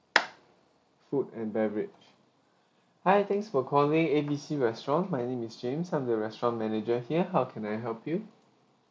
food and beverage hi thanks for calling A B C restaurant my name is james I'm the restaurant manager here how can I help you